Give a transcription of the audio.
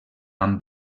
amb